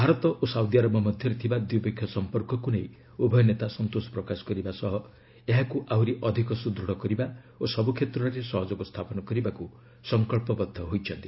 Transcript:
ଭାରତ ଓ ସାଉଦିଆରବ ମଧ୍ୟରେ ଥିବା ଦ୍ୱିପକ୍ଷୀୟ ସଂପର୍କକୁ ନେଇ ଉଭୟ ନେତା ସନ୍ତୋଷ ପ୍ରକାଶ କରିବା ସହ ଏହାକୁ ଆହୁରି ଅଧିକ ସୁଦୃଢ଼ କରିବା ଓ ସବୁକ୍ଷେତ୍ରରେ ସହଯୋଗ ସ୍ଥାପନ କରିବାକୁ ସଂକଳ୍ପବଦ୍ଧ ହୋଇଛନ୍ତି